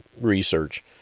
research